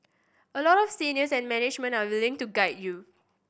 a lot of seniors and management are willing to guide you